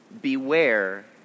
beware